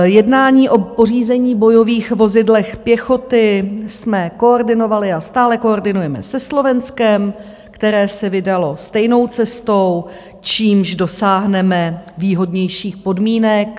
Jednání o pořízení bojových vozidel pěchoty jsme koordinovali a stále koordinujeme se Slovenskem, které se vydalo stejnou cestou, čímž dosáhneme výhodnějších podmínek.